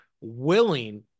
willing